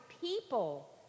people